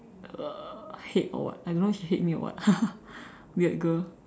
uh hate or what I don't know she hate me or what weird girl